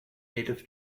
native